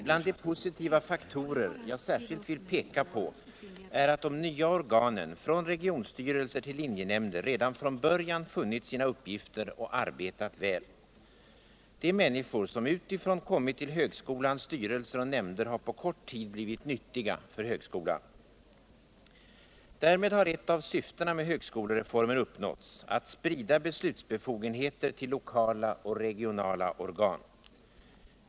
Bland de positiva faktorer jag särskilt vill peka på är att de nva organen från regionstyrelser vill linjenämnder redan från början funnit sina uppgifter och arbetat väl. De miänniskor som utifrån kommit till högskolans styrelser och nämnder har på kort tid blivit nyttiga för högskolan. Därmed har ett av syftena med högskolereformen uppnåtts: att sprida besluisbefogenheter ull lokala och regionala organ.